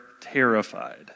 terrified